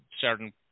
certain